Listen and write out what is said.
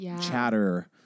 chatter